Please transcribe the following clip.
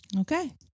Okay